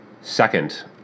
Second